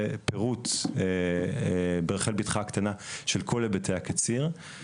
ופירוט ברחל ביתך הקטנה של כל היבטי הקציר,